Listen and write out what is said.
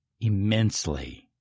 immensely